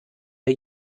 der